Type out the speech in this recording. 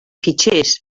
fitxers